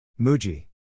Muji